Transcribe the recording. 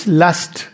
lust